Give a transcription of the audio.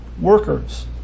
workers